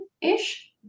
ish